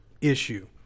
issue